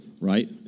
Right